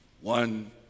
one